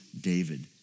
David